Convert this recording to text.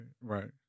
right